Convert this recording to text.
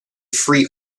free